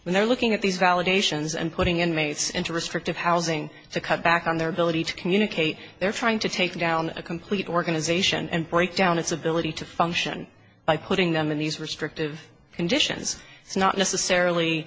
when they're looking at these validations and putting inmates into restrictive housing to cut back on their ability to communicate they're trying to take down a complete organization and breakdown its ability to function by putting them in these restrictive conditions it's not necessarily